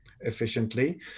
efficiently